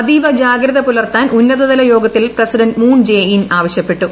അതീവ ജാഗ്രത പുലർത്താൻ ഉന്നതതല യോഗത്തിൽ പ്രസിഡന്റ് മൂൺ ജെ ഇൻ ആവശ്യപ്പെട്ടു